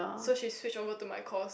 so she switched over to my course